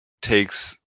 takes